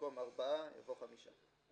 במקום ארבעה יבואו חמישה.